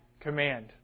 command